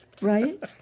right